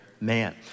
man